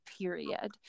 period